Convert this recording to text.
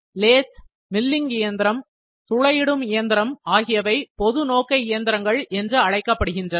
lathe milling இயந்திரம் துளையிடும் இயந்திரம் ஆகியவை பொது நோக்க இயந்திரங்கள் என்று அழைக்கப்படுகின்றன